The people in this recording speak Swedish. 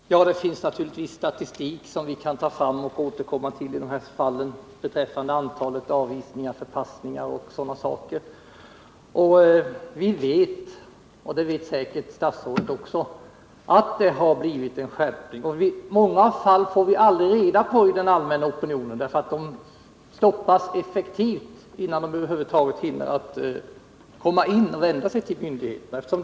Herr talman! Det finns naturligtvis statistik som vi kan ta fram och återkomma till beträffande antalet avvisningar, förpassningar och andra saker. Vi vet, liksom säkert också statsrådet, att det har blivit en skärpning. Många fall får vi aldrig reda på, därför att vederbörande stoppas innan de hinner komma in i landet och vända sig till myndigheterna.